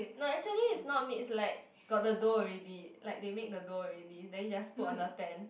no actually it's not mixed like got the dough already like they make the dough already then you just put on the pan